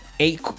eight